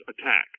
attack